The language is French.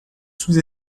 sous